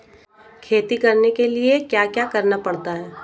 खेती करने के लिए क्या क्या करना पड़ता है?